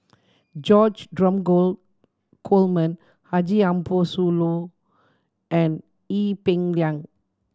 George Dromgold Coleman Haji Ambo Sooloh and Ee Peng Liang